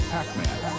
Pac-Man